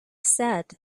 said